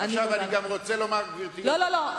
אני גם רוצה לומר, גברתי, לא, לא, לא.